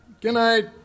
Goodnight